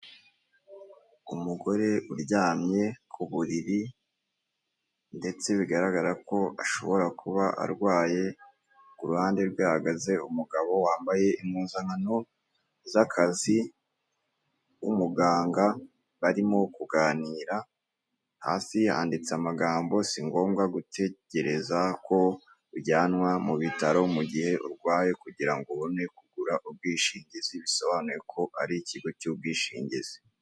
Umugore uryamye ku buriri ndetse bigaragara ko ashobora kuba arwaye kuruhande rwe hahagaze umugabo wambaye impuzankano zakazi w'umuganga barimo kuganira hasi yanditse amagambo si ngombwa gutegereza ko ujyanwa mu bitaro mu gihe urwaye kugirango ubone kugura ubwishingizi bisobanuye ko ari ikigo cy'ubwishingizi .